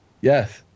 Yes